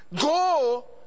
Go